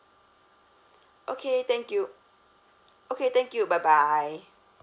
okay thank you okay thank you bye bye